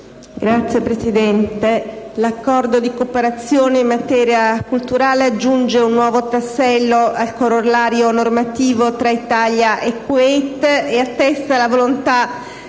Signora Presidente, l'Accordo di cooperazione in materia culturale aggiunge un nuovo tassello al corollario normativo tra Italia e Kuwait e attesta la volontà